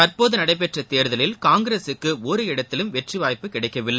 தற்போது நடைபெற்ற தேர்தலில் காங்கிரஸுக்கு ஒரு இடத்திலும் வெற்றி வாய்ப்பு கிடைக்கவில்லை